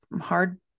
hard